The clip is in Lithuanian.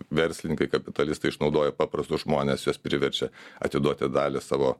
verslininkai kapitalistai išnaudoja paprastus žmones juos priverčia atiduoti dalį savo